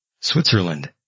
Switzerland